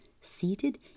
seated